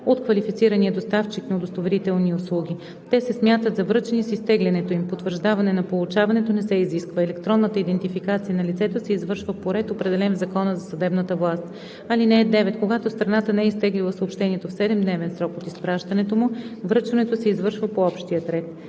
от квалифицирания доставчик на удостоверителни услуги. Те се смятат за връчени с изтеглянето им. Потвърждаване на получаването не се изисква. Електронната идентификация на лицето се извършва по ред, определен в Закона за съдебната власт. (9) Когато страната не е изтеглила съобщението в 7-дневен срок от изпращането му, връчването се извършва по общия ред.